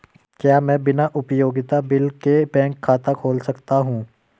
क्या मैं बिना उपयोगिता बिल के बैंक खाता खोल सकता हूँ?